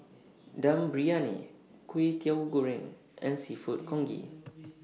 Dum Briyani Kwetiau Goreng and Seafood Congee